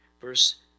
Verse